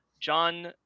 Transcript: John